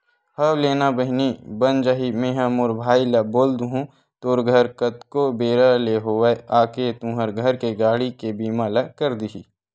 हव लेना ना बहिनी बन जाही मेंहा मोर भाई ल बोल दुहूँ तोर घर कतको बेरा ले होवय आके तुंहर घर के गाड़ी के बीमा ल कर दिही